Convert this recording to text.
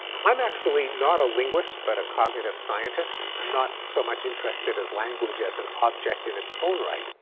i'm actually not a linguist, but a cognitive scientist. i'm not so much interested as language as an object in its own right,